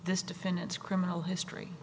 this defendant's criminal history